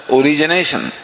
origination